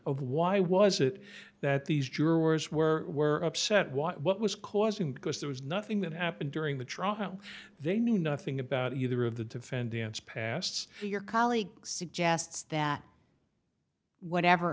of why was it that these jurors were upset what was causing because there was nothing that happened during the trial how they knew nothing about either of the defendants pasts your colleague suggests that whatever